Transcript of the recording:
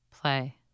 Play